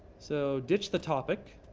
so ditch the topic.